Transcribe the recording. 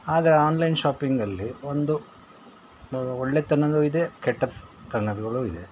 ಆದರೆ ಆನ್ಲೈನ್ ಶಾಪಿಂಗಲ್ಲಿ ಒಂದು ಒಳ್ಳೆಯತನನೂ ಇದೆ ಕೆಟ್ಟತನಗಳು ಇದೆ